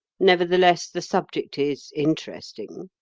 nevertheless, the subject is interesting.